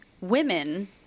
Women